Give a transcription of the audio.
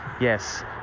Yes